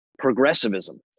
Progressivism